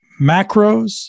macros